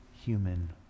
human